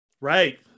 Right